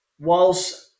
Whilst